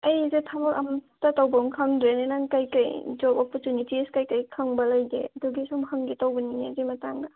ꯑꯩꯁꯦ ꯊꯕꯛ ꯑꯝꯇ ꯇꯧꯕꯝ ꯈꯪꯗ꯭ꯔꯦꯅꯦ ꯅꯪ ꯀꯔꯤ ꯀꯔꯤ ꯖꯣꯕ ꯑꯣꯄꯣꯔꯆꯨꯅꯤꯇꯤꯁ ꯀꯔꯤ ꯀꯔꯤ ꯀꯔꯤ ꯈꯪꯕ ꯂꯩꯒꯦ ꯑꯗꯨꯒꯤ ꯁꯨꯝ ꯍꯪꯒꯦ ꯇꯧꯕꯅꯤꯅꯦ ꯑꯗꯨꯒꯤ ꯃꯇꯥꯡꯗ